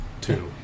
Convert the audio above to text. Two